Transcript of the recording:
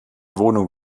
wohnung